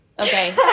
Okay